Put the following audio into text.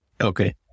Okay